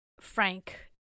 frank